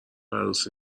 عروسی